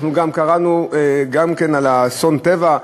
אנחנו קראנו גם על אסון הטבע,